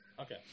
okay